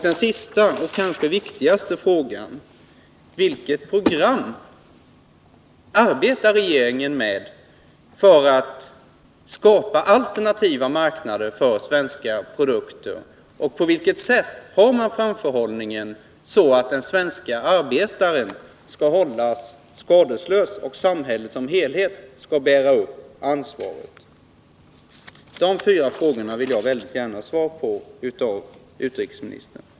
Den sista och kanske viktigaste frågan är: Vilket program arbetar regeringen efter för att skapa alternativa marknader för svenska produkter, och har man en sådan framförhållning att den svenske arbetaren kan hållas skadeslös och samhället som helhet bära ansvaret? Dessa fyra frågor vill jag mycket gärna ha svar på av utrikesministern.